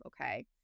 Okay